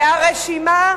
כי הרשימה,